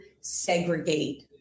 segregate